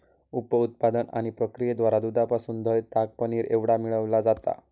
उप उत्पादन आणि प्रक्रियेद्वारा दुधापासून दह्य, ताक, पनीर एवढा मिळविला जाता